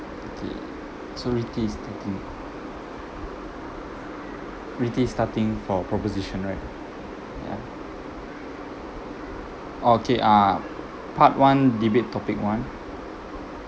okay so ritty is starting ritty is starting for proposition right yeah okay ah part one debate topic one